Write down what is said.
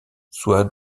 soit